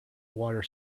water